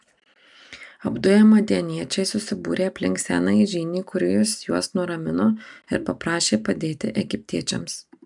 apduję madianiečiai susibūrė aplink senąjį žynį kuris juos nuramino ir paprašė padėti egiptiečiams